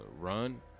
run